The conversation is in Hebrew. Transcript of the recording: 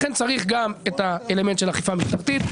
צריך גם את האלמנט של האכיפה המשטרתית,